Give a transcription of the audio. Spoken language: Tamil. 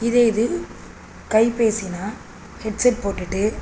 இதே இது கைபேசினா ஹெட்செட் போட்டுகிட்டு